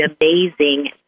amazing